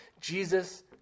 Jesus